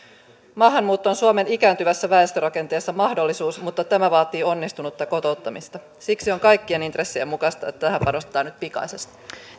maahanmuutto on suomen ikääntyvässä väestörakenteessa mahdollisuus mutta tämä vaatii onnistunutta kotouttamista siksi on kaikkien intressien mukaista että tähän panostetaan nyt pikaisesti